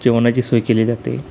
जेवणाची सोय केली जाते